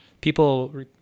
people